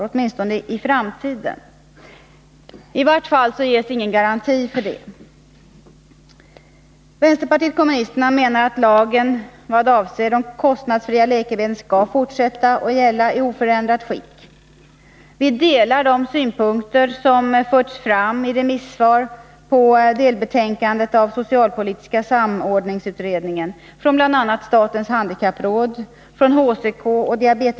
I vart fall ges ingen garanti för att så blir fallet i framtiden. Vänsterpartiet kommunisterna menar att lagen vad avser de kostnadsfria läkemedlen skall fortsätta att gälla i oförändrat skick. Vi ansluter oss till de synpunkter som förts fram av bl.a. statens handikappråd, HCK och Diabetesförbundet i remissvar på delbetänkandet från socialpoli tiska samordningsutredningen.